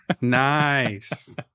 nice